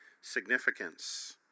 significance